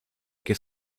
que